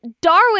Darwin